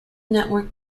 network